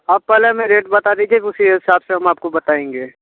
आप पहले हमें रेट बता दीजिए उसी हिसाब से हम आपको बताएंगे